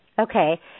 Okay